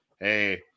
hey